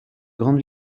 grande